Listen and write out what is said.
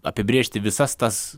apibrėžti visas tas